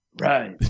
right